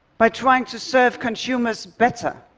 by trying to serve consumers better,